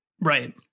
Right